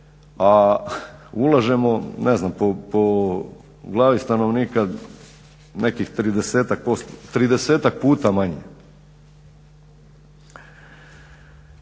a ulažemo ne znam po glavi stanovnika nekih 30%, 30-ak puta manje.